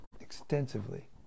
extensively